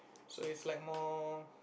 so is like more